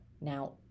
now